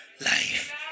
life